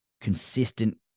consistent